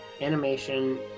animation